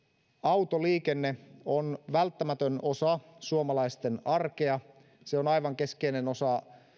autoliikenne on välttämätön osa suomalaisten arkea se on aivan keskeinen osa